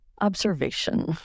observation